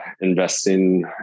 investing